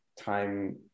time